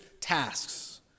tasks